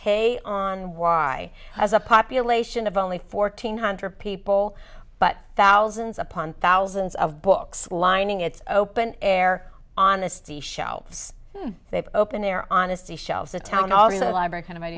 hay on wye has a population of only fourteen hundred people but thousands upon thousands of books lining its open air honesty shelves they've opened their honesty shelves a town always a library kind of